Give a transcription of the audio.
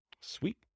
Sweet